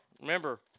remember